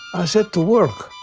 i said, to work,